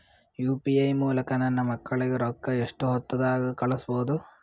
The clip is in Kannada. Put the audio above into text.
ಯು.ಪಿ.ಐ ಮೂಲಕ ನನ್ನ ಮಕ್ಕಳಿಗ ರೊಕ್ಕ ಎಷ್ಟ ಹೊತ್ತದಾಗ ಕಳಸಬಹುದು?